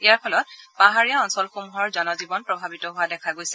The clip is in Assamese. ইয়াৰ ফলত পাহাৰীয়া অঞ্চলসমূহৰ জনজীৱন প্ৰভাৱিত হোৱা দেখা গৈছে